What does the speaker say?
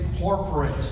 corporate